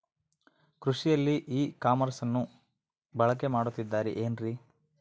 ಕೃಷಿಯಲ್ಲಿ ಇ ಕಾಮರ್ಸನ್ನ ಬಳಕೆ ಮಾಡುತ್ತಿದ್ದಾರೆ ಏನ್ರಿ?